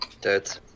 Dead